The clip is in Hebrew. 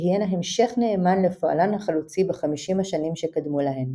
תהיינה המשך נאמן לפועלן החלוצי בחמישים השנים שקדמו להן"